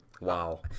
Wow